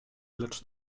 lecz